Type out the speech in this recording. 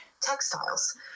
textiles